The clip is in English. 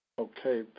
Okay